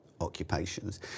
occupations